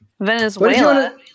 Venezuela